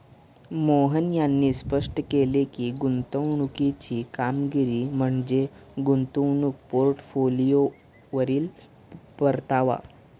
मोहन यांनी स्पष्ट केले की, गुंतवणुकीची कामगिरी म्हणजे गुंतवणूक पोर्टफोलिओवरील परतावा